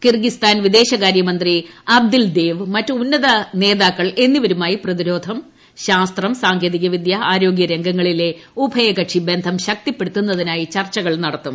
Kyrgyzstan വിദേശകാര്യമന്ത്രി Abdyldaev മറ്റ് ഉന്നത നേതാക്കൾ എന്നിവരുമായി പ്രതിരോധം ശാസ്ത്ര സാങ്കേതികവിദ്യ ആരോഗൃരംഗങ്ങളിലെ ഉഭയകക്ഷി ബന്ധം ശക്തിപ്പെടുത്തുന്നതിനായി ചർച്ചകൾ നടത്തും